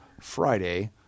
Friday